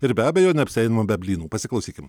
ir be abejo neapsieinama be blynų pasiklausykim